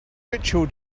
ritual